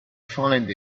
find